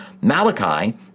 Malachi